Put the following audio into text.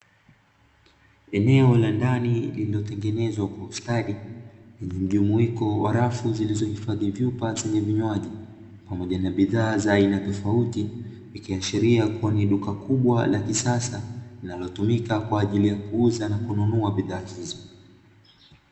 Eneo la ndani lililotengenezwa kwa ustadi, lenye mjumuiko wa rafu zilizohifadhi vyupa zenye vinywaji, pamoja na bidhaa za aina tofauti, ikiashiria kuwa ni duka kubwa la kisasa, linalotumika kwa ajili ya kuuza na kununua bidhaa hizo.